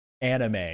anime